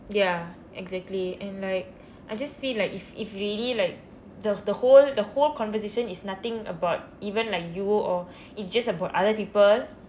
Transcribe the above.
ya exactly and like I just feel like if if really like the the whole the whole conversation is nothing about even like you or it's just about other people